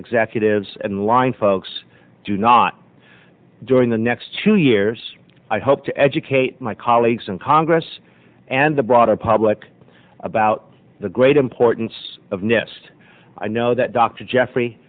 executives and line folks do not during the next two years i hope to educate my colleagues in congress and the broader public about the great importance of nest i know that dr jeffrey